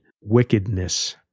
wickedness